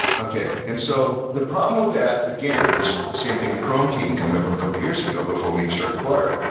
okay. and so the problem with that, again, is the same thing the chrome team come up with a couple years ago before we started flutter,